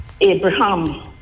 Abraham